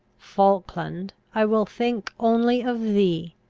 falkland, i will think only of thee,